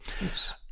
Yes